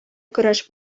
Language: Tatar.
көрәш